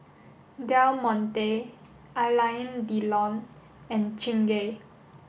Del Monte Alain Delon and Chingay